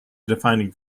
defining